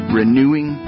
renewing